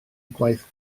gwaith